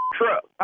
truck